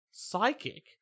Psychic